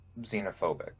xenophobic